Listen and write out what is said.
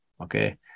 okay